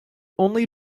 only